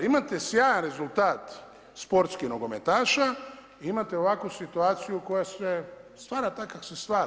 Imate sjajan rezultat sportskih nogometaša i imate ovakvu situaciju koja se stvara tako kako se stvara.